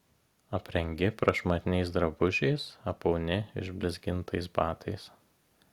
aprengi prašmatniais drabužiais apauni išblizgintais batais